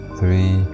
three